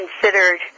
considered